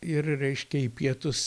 ir reiškia į pietus